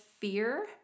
Fear